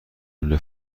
لوله